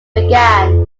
began